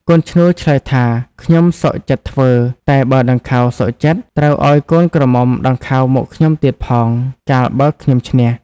កូនឈ្នួលឆ្លើយថា ខ្ញុំសុខចិត្តធ្វើ តែបើដង្ខៅសុខចិត្ត ត្រូវឲ្យកូនក្រមុំដង្ខៅមកខ្ញុំទៀតផង កាលបើខ្ញុំឈ្នះ។